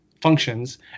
functions